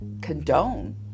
condone